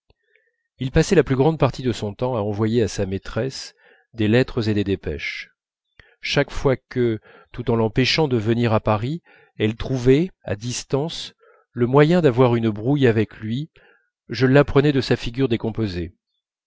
il passait la plus grande partie de son temps à envoyer à sa maîtresse des lettres et des dépêches chaque fois que tout en l'empêchant de venir à paris elle trouvait à distance le moyen d'avoir une brouille avec lui je l'apprenais à sa figure décomposée